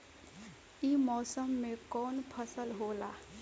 ई मौसम में कवन फसल होला?